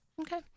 okay